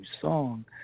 song